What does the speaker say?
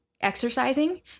exercising